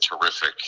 terrific